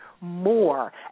more